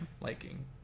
liking